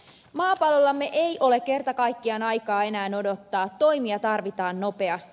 maapallollamme ei ole kerta kaikkiaan aikaa enää odottaa toimia tarvitaan nopeasti